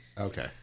Okay